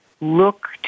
look